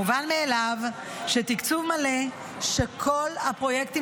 "מובן מאליו שתקצוב מלא של כל הפרויקטים